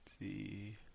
see